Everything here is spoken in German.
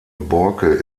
borke